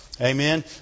Amen